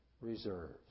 reserves